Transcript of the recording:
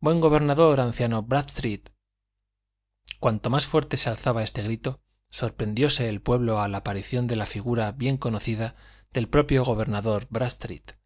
buen gobernador anciano brádstreet cuando más fuerte se alzaba este grito sorprendióse el pueblo a la aparición de la figura bien conocida del propio gobernador